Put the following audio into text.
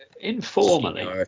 Informally